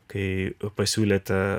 kai pasiūlėte